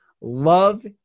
Love